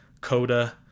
Coda